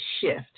shift